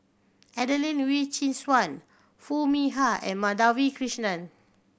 Adelene Wee Chin Suan Foo Mee Har and Madhavi Krishnan